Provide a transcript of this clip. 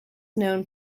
known